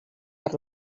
per